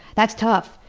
that's tough,